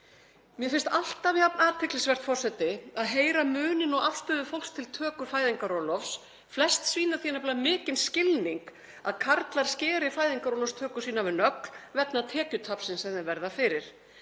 Mér finnst alltaf jafn athyglisvert, forseti, að heyra muninn á afstöðu fólks til töku fæðingarorlofs. Flest sýna því nefnilega mikinn skilning að karlar skeri fæðingarorlofstöku sína við nögl vegna tekjutapsins sem þeir verða fyrir.